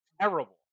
terrible